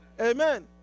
Amen